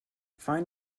find